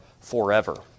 forever